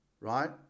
right